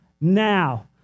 now